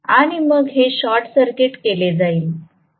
आणि मग हे शॉर्ट सर्किट केले जाईल